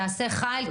תעשה חיל,